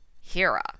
Hera